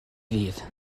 ddydd